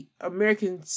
American